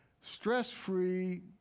stress-free